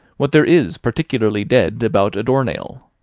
what there is particularly dead about a door-nail.